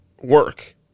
Work